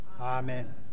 amen